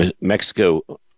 Mexico